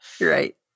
Right